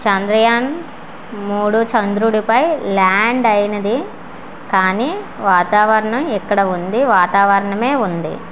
చంద్రయాన్ మూడో చంద్రుడిపై ల్యాండ్ అయ్యింది కానీ వాతావరణం ఇక్కడ ఉంది వాతావరణమే ఉంది